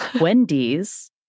Wendy's